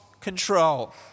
control